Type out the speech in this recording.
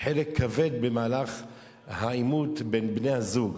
חלק כבד במהלך העימות בין בני-הזוג.